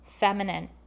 Feminine